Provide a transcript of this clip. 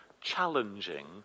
challenging